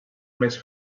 més